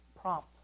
prompt